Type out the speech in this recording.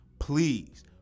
Please